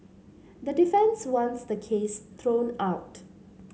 the defence wants the case thrown out